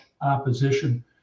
opposition